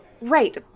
Right